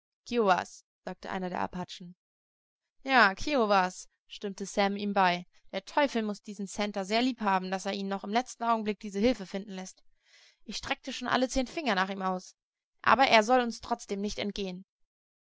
sagte einer der apachen ja kiowas stimmte sam ihm bei der teufel muß diesen santer sehr lieb haben daß er ihn noch im letzten augenblicke diese hilfe finden läßt ich streckte schon alle zehn finger nach ihm aus aber er soll uns trotzdem nicht entgehen